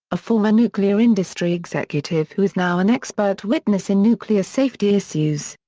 a former nuclear industry executive who is now an expert witness in nuclear safety issues,